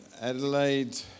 Adelaide